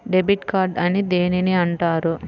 Debit card అని దేనిని అంటారు?